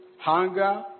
hunger